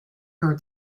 heard